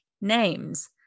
names